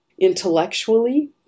intellectually